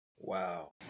Wow